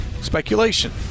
speculation